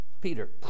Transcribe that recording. Peter